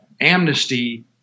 amnesty